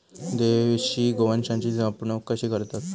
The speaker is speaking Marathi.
देशी गोवंशाची जपणूक कशी करतत?